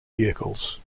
vehicles